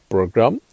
Program